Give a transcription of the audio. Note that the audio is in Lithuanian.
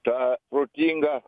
tą protingą